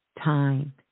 time